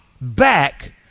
back